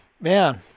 man